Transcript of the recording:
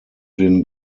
den